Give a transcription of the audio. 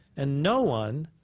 and no one,